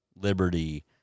liberty